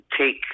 take